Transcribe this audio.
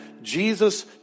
Jesus